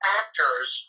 actors